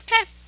Okay